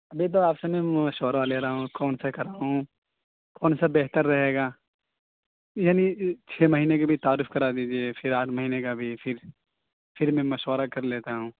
نہیں تو آپ سے میں مشورہ لے رہا ہوں کون سا کراؤں کون سا بہتر رہے گا یعنی چھ مہینے کی بھی تعارف کرا دیجیے پھر آٹھ مہینے کا بھی پھر پھر میں مشورہ کر لیتا ہوں